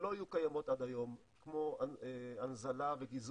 שלא היו קיימות עד היום, כמו הנזלה וגיזוז.